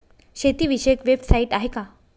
शेतीविषयक वेबसाइट आहे का?